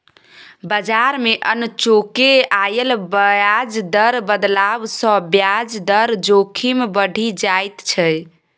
बजार मे अनचोके आयल ब्याज दर बदलाव सँ ब्याज दर जोखिम बढ़ि जाइत छै